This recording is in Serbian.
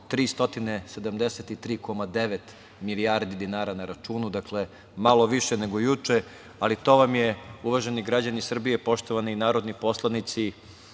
373,9 milijardi dinara na računu. Dakle, malo više nego juče, ali to vam je, uvaženi građani Srbije, poštovani narodni poslanici,